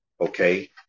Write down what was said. Okay